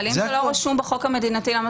אבל אם זה לא רשום בחוק המדינתי אז למה